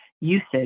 usage